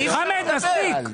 חמד, מספיק.